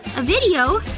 a video,